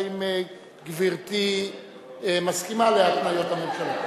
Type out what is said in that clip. אברהם-בלילא, האם גברתי מסכימה להתניות הממשלה?